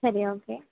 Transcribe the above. சரி ஓகே